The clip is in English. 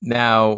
now